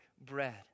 bread